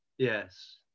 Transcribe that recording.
Yes